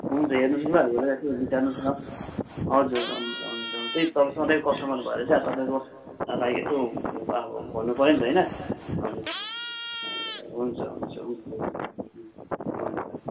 हुन्छ हेर्नुहोस् न ल हेरेर चाहिँ बिचार्नुहोस् न हजुर हजुर हुन्छ हुन्छ त्यही त तपाईँको सधैँको कस्टोमर भएर चाहिँ अब तपाईँको लागि यस्तो अब भन्नु पऱ्यो नि त होइन हजुर हुन्छ हुन्छ हुन्छ हुन्छ हुन्छ